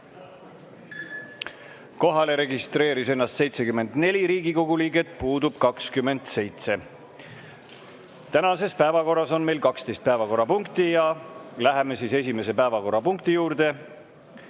Kohalolijaks registreeris ennast 74 Riigikogu liiget, puudub 27. Tänases päevakorras on meil 12 punkti. Läheme esimese päevakorrapunkti juurde.